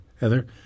Heather